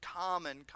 common